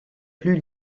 plus